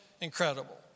incredible